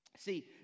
See